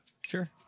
Sure